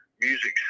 Music